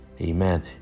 amen